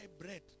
bread